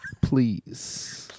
Please